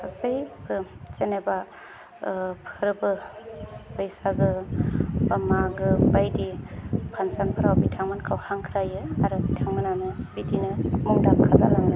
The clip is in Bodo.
गासैबो जेनेबा फोरबो बैसागो बा मागो बायदि फांसनफोराव बिथांमोनखौ हांख्रायो आरो बिथांमोनानो बिदिनो मुंदांखा जालाङो